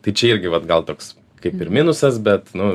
tai čia irgi vat gal toks kaip ir minusas bet nu